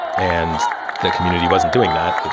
and the community wasn't doing that.